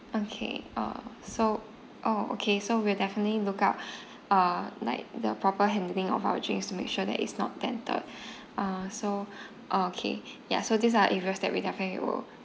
okay uh so oh okay so we'll definitely look out uh like the proper handling of our drinks to make sure that it's not dented uh so okay ya so these are areas that we definitely will